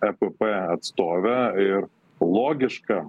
epp atstovė ir logiška